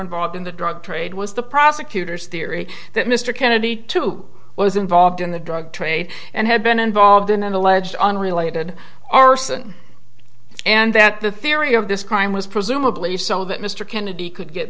involved in the drug trade was the prosecutor's theory that mr kennedy too was involved in the drug trade and had been involved in an alleged unrelated arson and that the theory of this crime was presumably so that mr kennedy could get